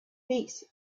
peace